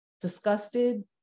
disgusted